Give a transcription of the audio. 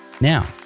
Now